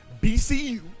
BCU